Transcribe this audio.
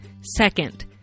Second